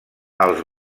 els